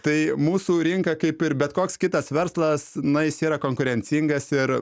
tai mūsų rinka kaip ir bet koks kitas verslas na jis yra konkurencingas ir